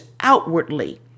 outwardly